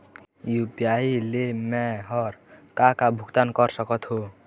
UPI ले मे हर का का भुगतान कर सकत हो?